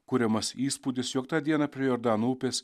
kuriamas įspūdis jog tą dieną prie jordano upės